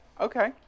okay